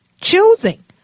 choosing